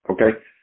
Okay